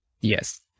yes